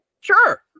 Sure